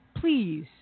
Please